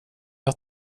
jag